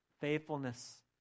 Faithfulness